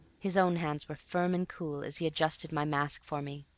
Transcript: his own hands were firm and cool as he adjusted my mask for me,